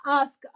ask